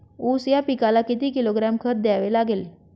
ऊस या पिकाला किती किलोग्रॅम खत द्यावे लागेल?